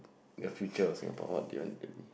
the future of Singapore what do you want it to be